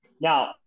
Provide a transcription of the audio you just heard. Now